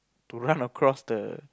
to run across the